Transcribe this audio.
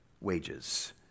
wages